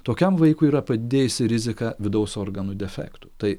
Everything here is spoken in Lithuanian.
tokiam vaikui yra padidėjusi rizika vidaus organų defektų tai